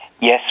Yes